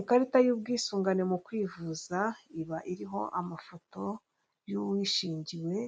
Ikarita y'ubwisungane mu kwivuza, iba iriho amafoto y'uwishingiwe,